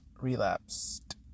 relapsed